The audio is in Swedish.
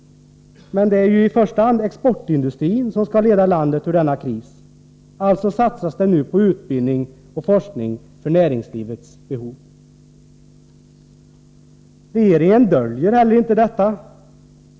Det är i första hand exportindustrin som skall leda landet ur denna kris — alltså satsas det nu på utbildning och forskning för näringslivets behov. Regeringen döljer inte heller detta.